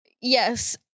Yes